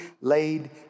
laid